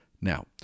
Now